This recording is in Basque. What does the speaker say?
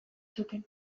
zuten